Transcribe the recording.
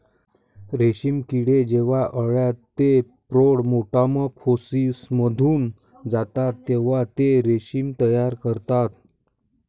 रेशीम किडे जेव्हा अळ्या ते प्रौढ मेटामॉर्फोसिसमधून जातात तेव्हा ते रेशीम तयार करतात